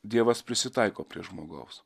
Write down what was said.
dievas prisitaiko prie žmogaus